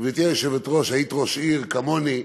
גברתי היושבת-ראש, היית ראש עיר כמוני,